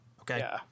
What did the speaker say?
Okay